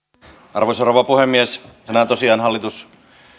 arvoisa rouva puhemies tänään tosiaan hallitus